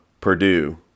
Purdue